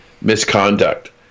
misconduct